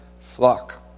flock